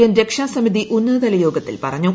N രക്ഷാസമിതി ഉന്നതതല യോഗത്തിൽ പറഞ്ഞു